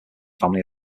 family